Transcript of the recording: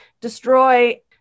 destroy